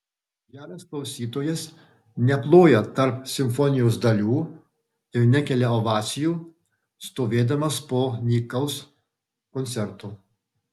geras klausytojas neploja tarp simfonijos dalių ir nekelia ovacijų stovėdamas po nykaus koncerto